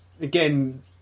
again